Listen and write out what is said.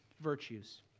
virtues